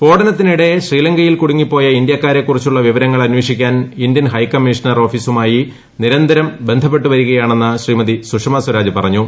സ്ഫോടനത്തിനിടെ ശ്രീലങ്കയിൽ കുടുങ്ങിപ്പോയ ഇന്ത്യാക്കാരെ കുറിച്ചുള്ള വിവരങ്ങൾ അന്വേഷിക്കാൻ ഇന്ത്യൻ ഹൈകമ്മീഷണർ ഓഫീസുമായി നിരന്തരം ബന്ധപ്പെട്ടുവരികയാണെന്നും ശ്രീമതി സുഷമ സ്വരാജ് പറഞ്ഞു